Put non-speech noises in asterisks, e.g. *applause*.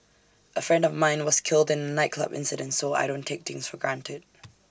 A friend of mine was killed in A nightclub incident so I don't take things for granted *noise*